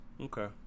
Okay